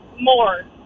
More